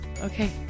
okay